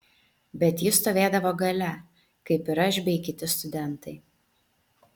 bet ji stovėdavo gale kaip ir aš bei kiti studentai